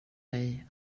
dig